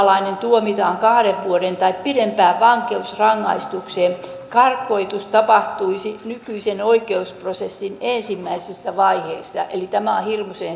jos ulkomaalainen tuomitaan kahden vuoden tai pidempään vankeusrangaistukseen karkotus tapahtuisi nykyisen oikeusprosessin ensimmäisessä vaiheessa eli tämä on hirmuisen selkeä